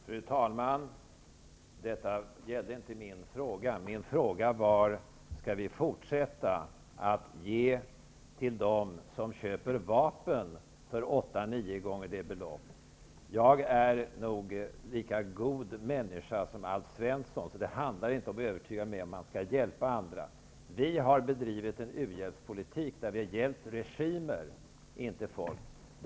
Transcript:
Fru talman! Det var inte svar på min fråga. Jag frågade om vi skall fortsätta att ge pengar till dem som köper vapen för belopp som är åtta nio gånger högre. Jag är nog en lika god människa som Alf Svensson. Det här handlar inte om att övertyga mig om att hjälpa andra. Sverige har drivit en u-hjälpspolitik som har hjälpt regimer -- inte folk.